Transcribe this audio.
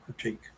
critique